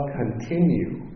continue